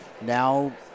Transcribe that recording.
now